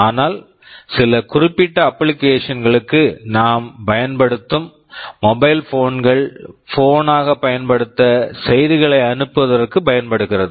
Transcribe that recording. ஆனால் சில குறிப்பிட்ட அப்ளிகேஷன் application களுக்கு நாம் பயன்படுத்தும் மொபைல் போன் mobile phone கள் போன் phone ஆகப் பயன்படுத்த செய்திகளை அனுப்புவதற்கு பயன்படுகிறது